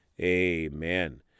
amen